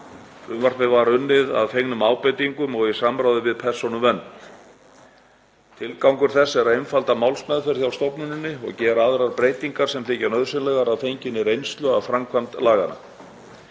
Frumvarpið var unnið að fengnum ábendingum og í samráði við Persónuvernd. Tilgangur þess er að einfalda málsmeðferð hjá stofnuninni og gera aðrar breytingar sem þykja nauðsynlegar að fenginni reynslu af framkvæmd laganna.